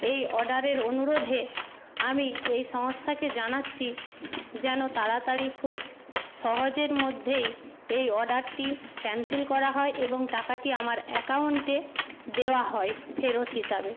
এই অর্ডারের অনুরোধে আমি এই সংস্থাকে জানাচ্ছি যেন তাড়াতাড়ি খুব সহজের মধ্যেই এই অর্ডারটি ক্যানসেল করা হয় এবং টাকাটি আমার অ্যাকাউন্টে দেওয়া হয় ফেরত হিসাবে